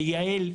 לייעל,